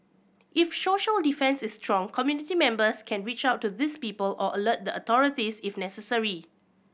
if social defence is strong community members can reach out to these people or alert the authorities if necessary